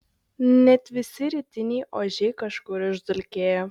net visi rytiniai ožiai kažkur išdulkėjo